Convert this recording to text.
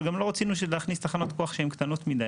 אבל גם לא רצינו להכניס תחנות כוח שהן קטנות מידי.